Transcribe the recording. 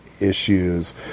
issues